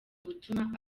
gutuma